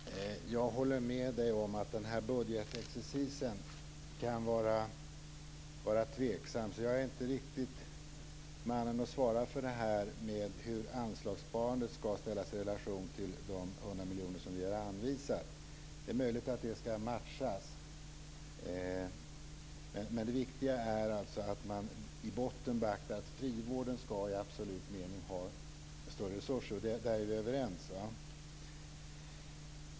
Fru talman! Jag håller med om att budgetexercisen kan vara tveksam. Jag är inte riktigt mannen att svara för hur anslagssparandet skall ställas i relation till de 100 miljoner som vi har anvisat. Det är möjligt att det skall matchas, men det viktiga är att man i botten beaktar att frivården i absolut mening skall ha större resurser. Där är vi överens.